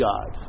God